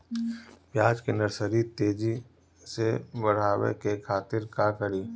प्याज के नर्सरी तेजी से बढ़ावे के खातिर का करी?